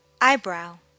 eyebrow